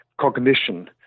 cognition